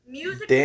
music